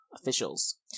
officials